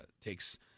takes